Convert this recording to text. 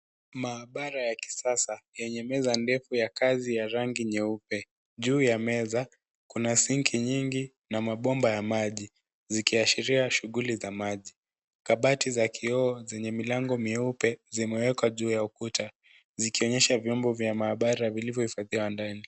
Maabara ya kisasa yenye meza ndefu ya kazi ya rangi nyeupe. Juu ya meza, kuna sinki nyingi na mabomba ya maji, zikiashiria shughuli za maji. Kabati za kioo zenye milango meupe, zimewekwa juu ya ukuta zikionyesha vyombo vya maabara vilivyohifadhiwa ndani.